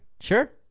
Sure